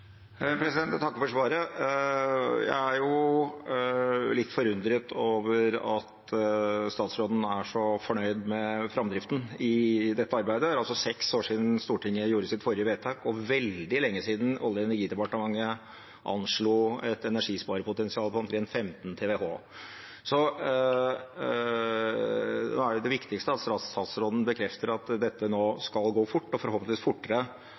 Jeg takker for svaret. Jeg er litt forundret over at statsråden er så fornøyd med framdriften i dette arbeidet. Det er altså seks år siden Stortinget gjorde sitt forrige vedtak, og veldig lenge siden Olje- og energidepartementet anslo et energisparingspotensial på omtrent 15 TWh. Nå er det viktigste at statsråden bekrefter at dette nå skal gå fort, og forhåpentligvis fortere